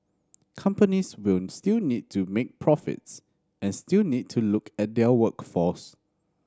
companies will still need to make profits and still need to look at their workforce